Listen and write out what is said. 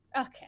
Okay